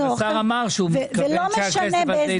ולא משנה באיזה רווח.